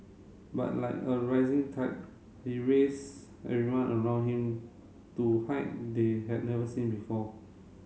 but like a rising tide he raised everyone around him to height they had never seen before